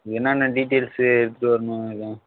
என்னென்ன டீட்டைல்ஸு எடுத்துகிட்டு வரணும் எதுவும்